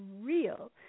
real